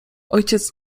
ojciec